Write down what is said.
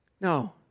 No